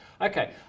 Okay